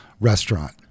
Restaurant